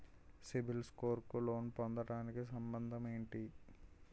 CIBIL score కు loan పొందటానికి సంబంధం ఏంటి?